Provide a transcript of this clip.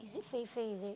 is it Fei-Fei is it